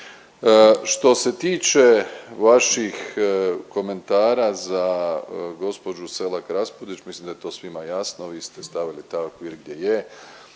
Što se tiče vaših komentara za gospođu Selak Raspudić mislim da je to svima jasno. Vi ste stavili taj okvir gdje je.